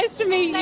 to meet you!